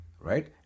Right